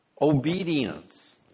obedience